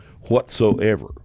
whatsoever